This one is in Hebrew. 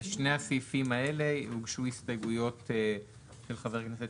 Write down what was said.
לשני הסעיפים האלה הוגשו הסתייגויות של חבר הכנסת